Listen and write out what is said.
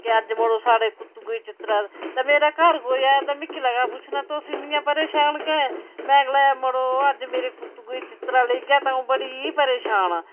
कि अज्ज मड़ो साढ़े कुत्तुए गी चित्तरा ते मेरै घर कोई आया ते मिकी लग्गा पुच्छना तुस इन्नियां परेशान कैं में गलाया मड़ो अज्ज मेरे कुत्तुए गी चित्तरा लेई गेआ ते आ'ऊं बड़ी बड़ी परेशान आं